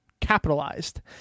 capitalized